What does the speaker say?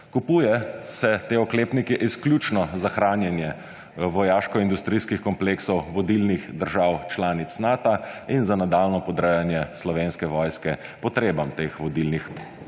Kupuje se te oklepnike izključno za hranjenje vojaškoindustrijskih kompleksov vodilnih držav članic Nata in za nadaljnjo podrejanje Slovenske vojske potrebam teh vodilnih